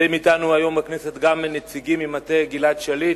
נמצאים אתנו היום בכנסת היום גם נציגים ממטה גלעד שליט.